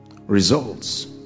Results